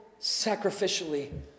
sacrificially